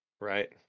Right